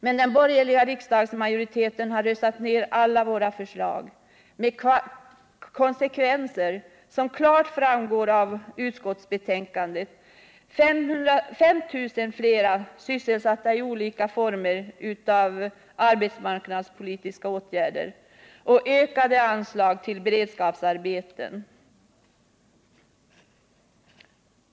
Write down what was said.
Men den borgerliga riksdagsmajoriteten har röstat ner alla våra förslag, med konsekvenser som klart framgår av utskottsbetänkandet och som jag nämnt tidigare — 5 000 fler sysselsatta i olika former av arbetsmarknadspolitiska åtgärder och ökade anslag till beredskapsarbeten.